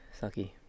sucky